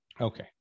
Okay